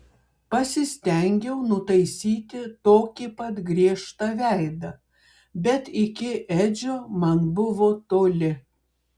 pasistengiau nutaisyti tokį pat griežtą veidą bet iki edžio man buvo toli